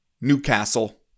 Newcastle